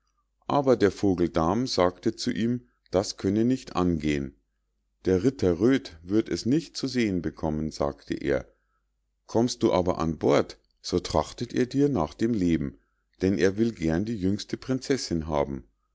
aber der vogel dam sagte zu ihm das könne nicht angehen der ritter röd wird es nicht zu sehen bekommen sagte er kommst du aber an bord so trachtet er dir nach dem leben denn er will gern die jüngste prinzessinn haben